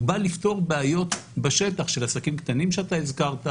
אלא בא לפתור בעיות בשטח של עסקים קטנים שהזכרת,